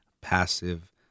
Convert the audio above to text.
passive